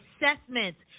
Assessments